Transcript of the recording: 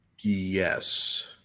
Yes